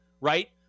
right